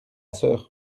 sœur